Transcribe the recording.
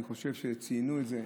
אני חושב שציינו את זה.